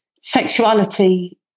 sexuality